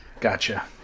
Gotcha